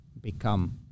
become